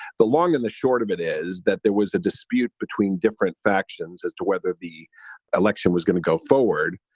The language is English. the long and the short of it is that there was a dispute between different factions as to whether the election was going to go forward.